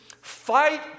fight